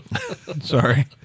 Sorry